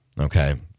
Okay